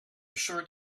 short